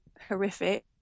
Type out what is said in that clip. horrific